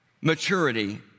maturity